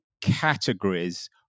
categories